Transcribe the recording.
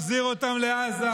יחזיר אותם לעזה,